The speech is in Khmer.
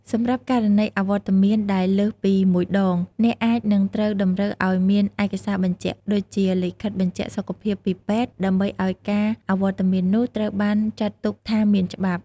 សម្រាប់ករណីអវត្តមានដែលលើសពី ១ ដង អ្នកអាចនឹងត្រូវតម្រូវឱ្យមាន ឯកសារបញ្ជាក់ ដូចជា លិខិតបញ្ជាក់សុខភាពពីពេទ្យ ដើម្បីឱ្យការអវត្តមាននោះត្រូវបានចាត់ទុកថាមានច្បាប់។